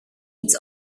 its